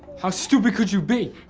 how stupid could you be?